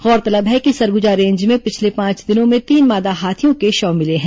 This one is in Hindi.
गौरतलब है कि सरगुजा रेंज में पिछले पांच दिनों में तीन मादा हाथियों के शव मिले हैं